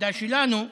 העמדה שלנו,